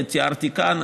שתיארתי כאן.